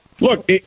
look